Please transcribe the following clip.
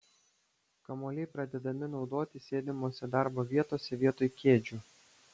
kamuoliai pradedami naudoti sėdimose darbo vietose vietoj kėdžių